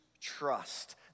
trust